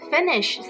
Finish